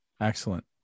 Excellent